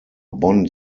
bond